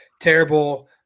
terrible